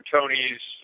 Tony's